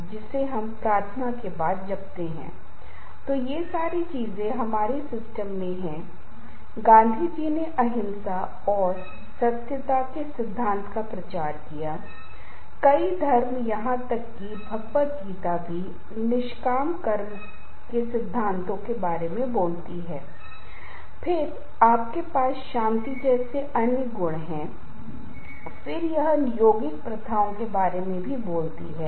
और इसी तरह आराम से संगीत सुनना योग और ध्यान के लिए जाना ये हैं हँसना एक हँस ने वाले क्लब में शामिल होना या अपने मन को स्वयं के लिए कुछ बताना की बस आज के लिए मैं ईमानदार रहूँगा बस आज के लिए मैं अपने कर्तव्य में ईमानदार रहूँगा बस आज के लिए मैं दूसरों को बर्दाश्त करूंगा बस आज के लिए मैं आक्रामक नहीं रहूंगा